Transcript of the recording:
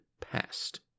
past